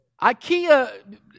Ikea